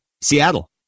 Seattle